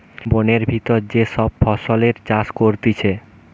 বোনের ভিতর যে সব ফসলের চাষ করতিছে